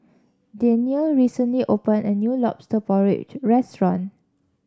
Daniele recently opened a new lobster porridge restaurant